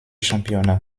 championnat